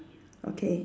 okay